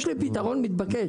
יש לי פתרון מתבקש.